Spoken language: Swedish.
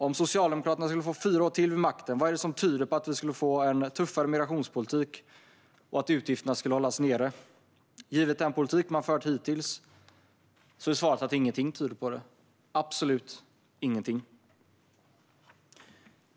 Om Socialdemokraterna skulle få fyra år till vid makten, vad tyder på att vi skulle få en tuffare migrationspolitik och att utgifterna skulle hållas nere? Givet den politik de fört hittills är svaret att ingenting tyder på det, absolut ingenting.